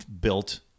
built